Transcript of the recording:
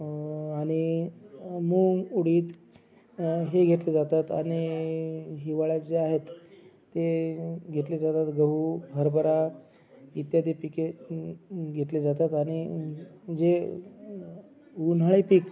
आणि मुग उडीद हे घेतले जातात आणि हिवाळ्यात जे आहेत ते घेतले जातात गहू हरभरा इत्यादी पिके घेतली जातात आणि जे उन्हाळी पीक